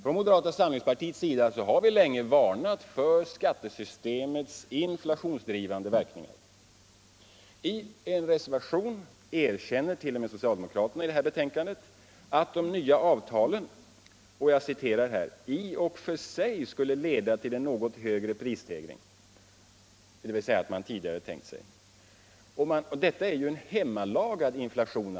Från moderata samlingspartiets sida har vi sedan länge varnat för skattesystemets inflationsdrivande verkningar. I en reservation vid betänkandet erkänner t.o.m. socialdemokraterna att de nya avtalen ”i och för sig skulle leda till en något högre prisstegring” — dvs. än man tidigare hade tänkt sig. Detta är en hemmalagad inflation.